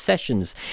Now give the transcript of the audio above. sessions